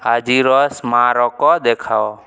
ଆଜିର ସ୍ମାରକ ଦେଖାଅ